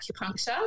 acupuncture